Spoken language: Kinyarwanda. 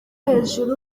hejuru